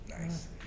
Nice